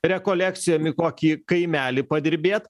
rekolekcijom į kokį kaimelį padirbėt